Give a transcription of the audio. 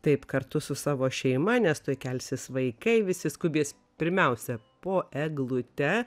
taip kartu su savo šeima nes tuoj kelsis vaikai visi skubės pirmiausia po eglute